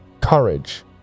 courage